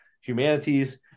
humanities